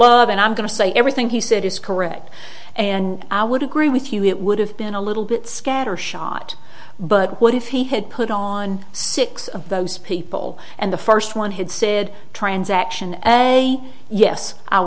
love and i'm going to say everything he said is correct and i would agree with you it would have been a little bit scattershot but what if he had put on six of those people and the first one had said transaction yes i